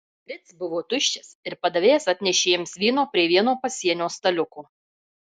ritz buvo tuščias ir padavėjas atnešė jiems vyno prie vieno pasienio staliuko